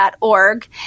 org